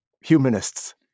humanists